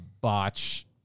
botch